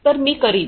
तर मी करीन